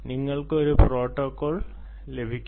നിങ്ങൾക്ക് ഒരു പ്രോട്ടോക്കോൾ ലഭിക്കും